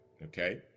Okay